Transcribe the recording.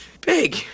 big